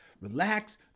relax